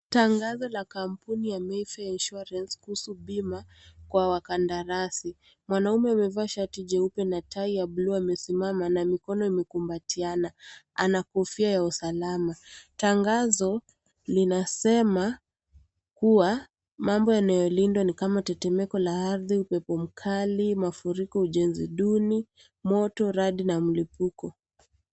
Tangazo la kampuni ya MayFair Insurance kuhusu bima kwa wakandarasi . Mwanaume amevaa shati jeupe na tai la blu amesimama na mikono imekumbatiana . Ana kofia ya usalama, tangazo linasema kuwa mambo yanayolindwa ni kama tetemeko la ardhi, upepo mkali, mafuriko , ujenzi duni , moto, radi na mlipuko.